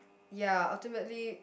ya ultimately